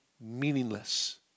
meaningless